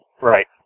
Right